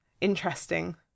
interesting